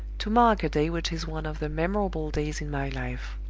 to mark a day which is one of the memorable days in my life.